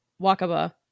Wakaba